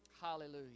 Hallelujah